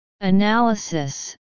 Analysis